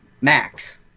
max